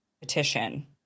petition